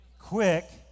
quick